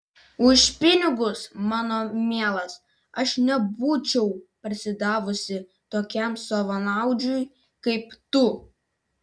už pinigus mano mielas aš nebūčiau parsidavusi tokiam savanaudžiui kaip tu